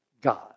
God